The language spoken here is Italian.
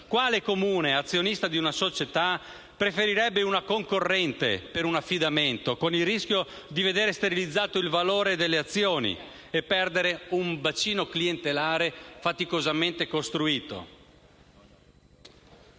quale comune, azionista di una società, preferirebbe una concorrente per un affidamento, con il rischio di vedere sterilizzato il valore delle azioni e perdere un bacino clientelare faticosamente costruito.